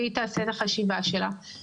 והיא תעשה את החשיבה שלה.